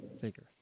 Bigger